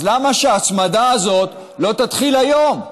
אז למה שההצמדה הזאת לא תתחיל היום,